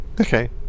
Okay